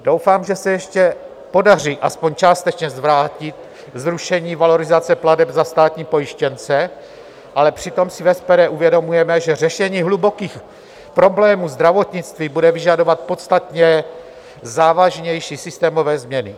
Doufám, že se ještě podaří aspoň částečně zvrátit zrušení valorizace plateb za státní pojištěnce, ale přitom si v SPD uvědomujeme, že řešení hlubokých problémů zdravotnictví bude vyžadovat podstatně závažnější systémové změny.